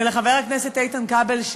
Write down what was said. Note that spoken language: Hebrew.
ולחבר הכנסת איתן כבל,